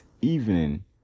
evening